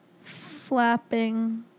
Flapping